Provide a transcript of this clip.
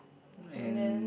and